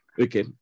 Okay